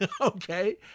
Okay